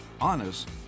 honest